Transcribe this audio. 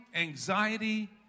anxiety